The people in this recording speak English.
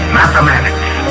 mathematics